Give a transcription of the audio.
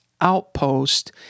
outpost